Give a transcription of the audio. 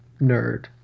nerd